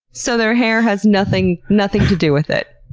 so their hair has nothing nothing to do with it.